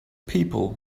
people